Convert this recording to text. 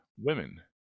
Women